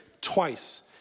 twice